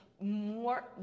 more